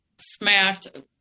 smacked